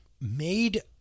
made